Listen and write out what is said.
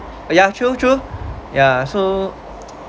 ya true true ya so